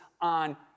on